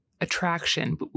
attraction